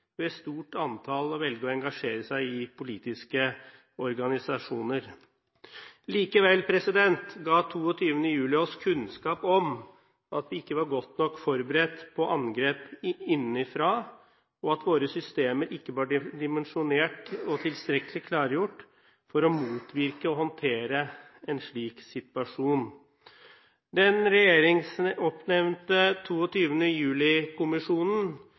ved i stort antall å velge å engasjere seg i politiske organisasjoner. Likevel ga 22. juli oss kunnskap om at vi ikke var godt nok forberedt på angrep innenfra, og at våre systemer ikke var dimensjonert og tilstrekkelig klargjort for å motvirke og håndtere en slik situasjon. Den